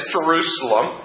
Jerusalem